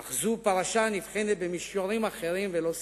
אך זו פרשה הנבחנת במישורים אחרים ולא סימפתיים.